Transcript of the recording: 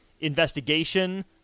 investigation